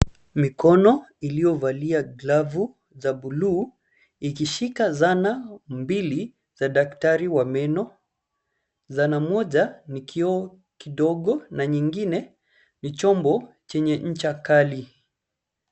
Mikono iliyovalia glavu za buluu, ikishika zana mbili za daktari wa meno. Zana moja ni kioo kidogo, na nyingine ni chombo chenye ncha kali.